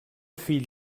fill